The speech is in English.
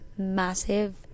massive